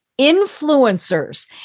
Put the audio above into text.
influencers